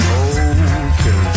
okay